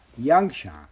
yangshan